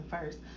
first